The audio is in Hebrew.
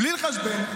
בלי לחשבן,